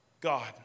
God